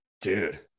Dude